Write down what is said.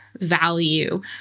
value